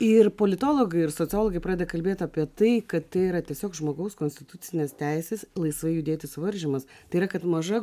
ir politologai ir sociologai pradeda kalbėti apie tai kad tai yra tiesiog žmogaus konstitucinės teisės laisvai judėti suvaržymas tai yra kad maža